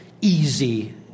easy